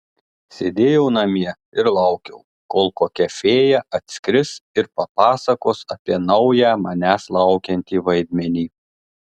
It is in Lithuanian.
sėdėjau namie ir laukiau kol kokia fėja atskris ir papasakos apie naują manęs laukiantį vaidmenį